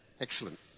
Excellent